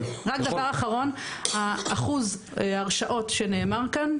דבר אחרון אחוז הרשעות שנאמר כאן,